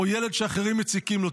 יש ילד שאחרים מציקים לו?